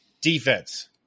Defense